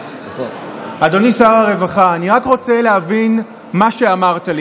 אדוני שר הרווחה, אני רק רוצה להבין מה שאמרת לי.